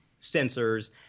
sensors